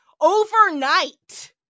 overnight